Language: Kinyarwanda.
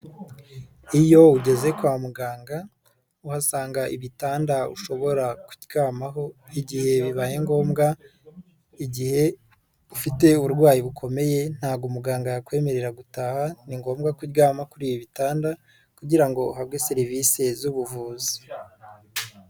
Iyo ugeze kwa muganga, uhasanga ibitanda ushobora kuryamaho, igihe bibaye ngombwa, igihe ufite uburwayi bukomeye ntabwo muganga yakwemerera gutaha, ni ngombwa ko uryama kuri ibi bitanda kugira ngo uhabwe serivisi z'ubuvuzi.